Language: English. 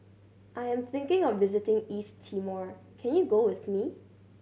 I am thinking of visiting East Timor can you go with me